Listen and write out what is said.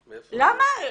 למה?